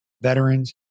veterans